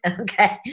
Okay